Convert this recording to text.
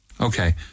Okay